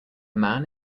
man